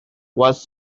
was